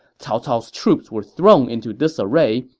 cao cao's troops were thrown into disarray,